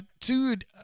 dude